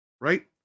Right